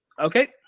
Okay